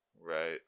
Right